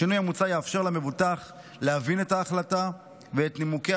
השינוי המוצע יאפשר למבוטח להבין את ההחלטה ואת נימוקיה